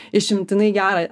išimtinai gerą